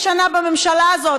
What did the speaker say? למה הגעתם לזה אחרי עשר שנים בשלטון?